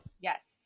yes